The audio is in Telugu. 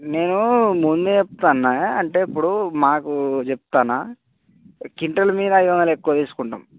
నేను ముందే చెప్తున్న అంటే ఇప్పుడు మాకు చెప్తున్న క్వింటల్ మీద ఐదు వందలు ఎక్కువ తీసుకుంటాం